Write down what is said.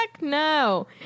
no